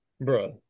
bro